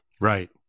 Right